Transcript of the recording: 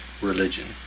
religion